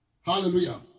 Hallelujah